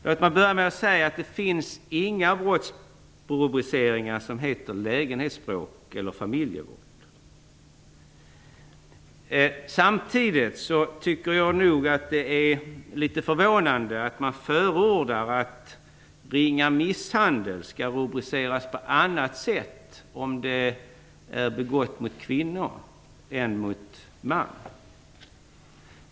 Låt mig först påpeka att det inte finns några brottsrubriceringar som heter "lägenhetsbråk" eller Jag tycker nog att det är litet förvånande att man förordar att ringa misshandel skall rubriceras på annat sätt om brottet har begåtts mot kvinnor i stället för mot män.